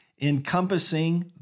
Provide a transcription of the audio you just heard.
encompassing